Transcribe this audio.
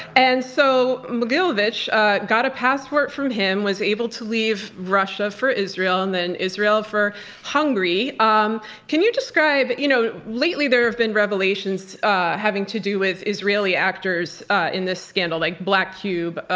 and so mogilevich got a passport from him, was able to leave russia for israel, and then israel for hungary. um can you describe you know, lately there have been revelations having to do with israeli actors in this scandal, like black cube,